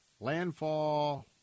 landfall